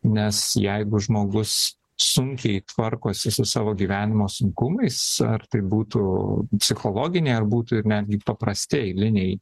nes jeigu žmogus sunkiai tvarkosi su savo gyvenimo sunkumais ar tai būtų psichologiniai ar būtų ir netgi paprasti eiliniai